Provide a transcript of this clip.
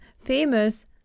famous